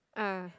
ah